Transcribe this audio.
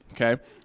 Okay